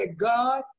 god